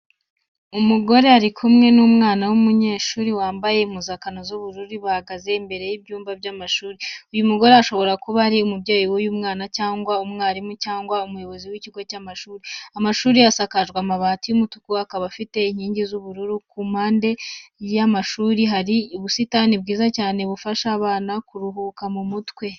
Umugore uri kumwe n'umwana w'umunyeshuri wambaye impuzankano z'ubururu, bahagaze imbere y'ibyumba by'amashuri. Uyu mugore ashobora kuba ari umubyeyi w'uyu mwana cyangwa umwarimu cyangwa umuyobozi w'ikigo cy'amashuri. Amashuri asakajwe amabati y'umutuku, akaba anafite inkingi z'ubururu, ku mpande y'amashuri hari ubusitani bwiza cyane bufasha abana kuruhuka mu mutwe.